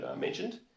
mentioned